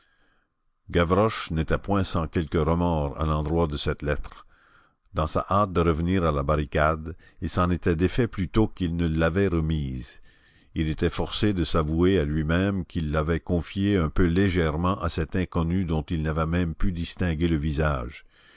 gavroche n'était point sans quelque remords à l'endroit de cette lettre dans sa hâte de revenir à la barricade il s'en était défait plutôt qu'il ne l'avait remise il était forcé de s'avouer à lui-même qu'il l'avait confiée un peu légèrement à cet inconnu dont il n'avait même pu distinguer le visage